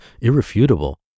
irrefutable